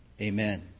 Amen